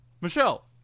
Michelle